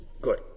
Good